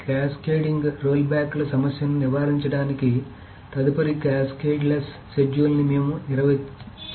cascading రోల్బ్యాక్ల సమస్యను నివారించడానికి తదుపరి క్యాస్కేడ్లెస్ షెడ్యూల్ని మేము నిర్వచించాము